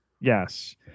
Yes